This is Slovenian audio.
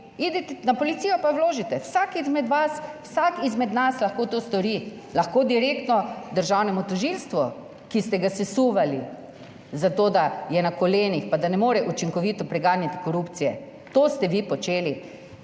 vsak izmed vas, vsak izmed nas lahko to stori, lahko direktno državnemu tožilstvu, ki ste ga sesuvali zato, da je na kolenih, pa da ne more učinkovito preganjati korupcije. To ste vi počeli.